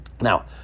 Now